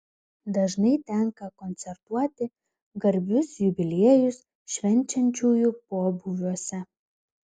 dažnai tenka koncertuoti garbius jubiliejus švenčiančiųjų pobūviuose